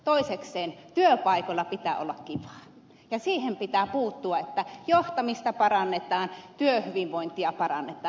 toisekseen työpaikoilla pitää olla kivaa ja siihen pitää puuttua että johtamista parannetaan työhyvinvointia parannetaan